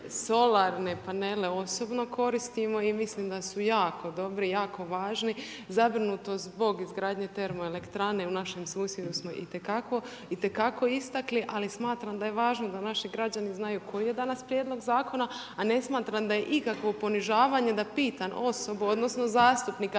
Solarne panele osobno koristimo i mislim da su jako dobri i jako važni, zabrinutost zbog izgradnje termoelektrane u našem susjedu smo i te kako istakli, ali smatram da je važno da naši građani znaju koji je danas prijedlog zakona, a ne smatram da je ikakvo ponižavanje da pitam osobu odnosno zastupnika